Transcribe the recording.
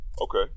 Okay